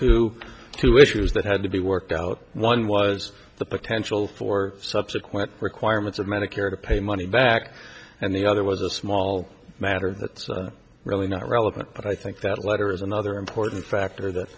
to two issues that had to be worked out one was the potential for subsequent requirements of medicare to pay money back and the other was a small matter that's really not relevant but i think that letter is another important factor that